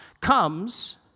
comes